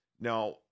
Now